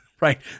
right